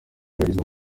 yagizwe